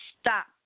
stop